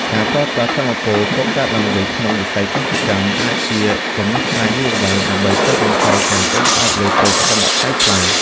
ការប្រើប្រាស់ថាមពលកកើតឡើងវិញក្នុងវិស័យកសិកម្មអាចជាដំណោះស្រាយយូរអង្វែង ដើម្បីកាត់បន្ថយការពឹងផ្អែកលើប្រេងឥន្ធនៈថ្លៃៗ។